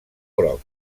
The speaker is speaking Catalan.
groc